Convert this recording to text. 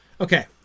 okay